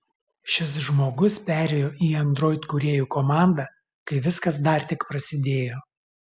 šis žmogus perėjo į android kūrėjų komandą kai viskas dar tik prasidėjo